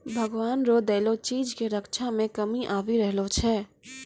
भगवान रो देलो चीज के रक्षा मे कमी आबी रहलो छै